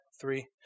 three